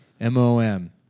M-O-M